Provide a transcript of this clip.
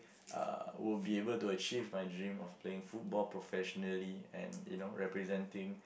uh would be able to achieve my dream of playing football professionally and you know representing